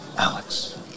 Alex